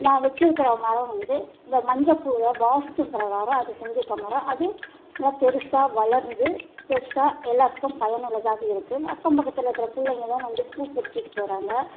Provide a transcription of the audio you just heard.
நான் வச்சுருக்கிற மரம் வந்து இந்த மஞ்ச பூவை வாஸ்து பிரகாரம் அது மரம் அது நல்லா பெருசாக வளர்ந்து பெருசாக எல்லாத்துக்கும் பயனுள்ளதாக இருக்கு அக்கம் பக்கத்தில் இருக்கிற பிள்ளைங்களும் வந்து பூ பறிச்சிட்டு போகறாங்க